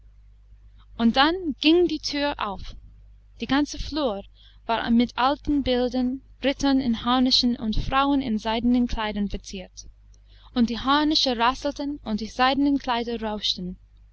und dann ging die thür auf die ganze flur war mit alten bildern rittern in harnischen und frauen in seidenen kleidern verziert und die harnische rasselten und die seidenen kleider rauschten